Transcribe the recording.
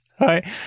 Right